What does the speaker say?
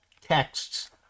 texts